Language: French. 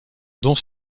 dont